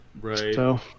Right